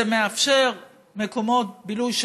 זה מאפשר מקומות בילוי,